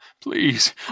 Please